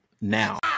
now